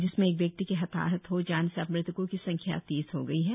जिसमें एक व्यक्ति के हताहत हो जाने से अब मृत्कों की संख्या तीस हो गई है